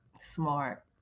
Smart